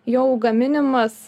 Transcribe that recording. jau gaminimas